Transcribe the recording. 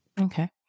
Okay